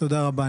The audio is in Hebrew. תודה רבה.